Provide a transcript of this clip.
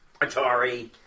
Atari